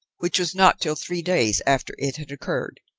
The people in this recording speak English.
which was not till three days after it had occurred,